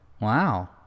Wow